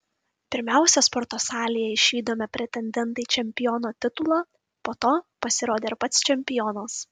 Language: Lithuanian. pirmiausia sporto salėje išvydome pretendentą į čempiono titulą po to pasirodė ir pats čempionas